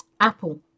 Apple